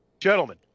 Gentlemen